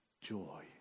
joy